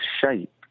shape